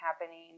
happening